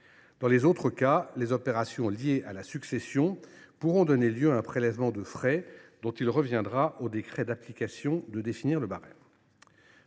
Dans les autres cas, les opérations liées à la succession pourront donner lieu à un prélèvement de frais, dont il reviendra au décret d’application de définir le barème.